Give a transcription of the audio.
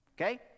Okay